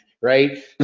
right